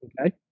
Okay